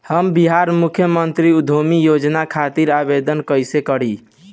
हम बिहार मुख्यमंत्री उद्यमी योजना खातिर आवेदन कईसे करी?